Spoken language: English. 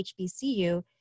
HBCU